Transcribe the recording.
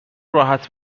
راحت